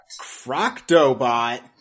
Croctobot